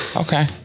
Okay